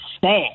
sad